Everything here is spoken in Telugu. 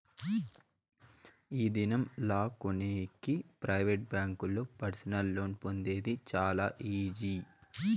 ఈ దినం లా కొనేకి ప్రైవేట్ బ్యాంకుల్లో పర్సనల్ లోన్ పొందేది చాలా ఈజీ